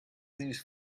these